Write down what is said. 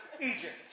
Egypt